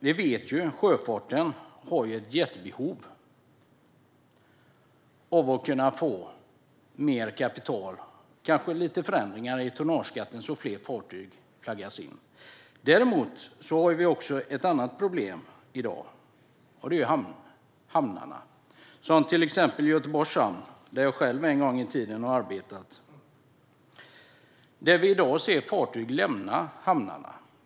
Vi vet att sjöfarten har ett jättebehov av att kunna få mer kapital och kanske lite förändringar i tonnageskatten, så att fler fartyg flaggas in. Men vi har också ett annat problem i dag. Det är hamnarna, till exempel Göteborgs hamn, där jag själv en gång i tiden arbetade. Vi ser i dag fartyg lämna hamnarna.